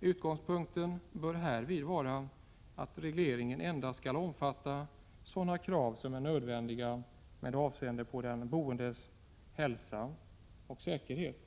Utgångspunkten bör härvid vara att regleringen endast skall omfatta sådana krav som är nödvändiga med avseende på de boendes hälsa och säkerhet.